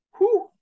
whoo